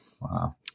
wow